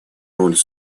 роль